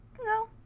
No